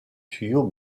tuyau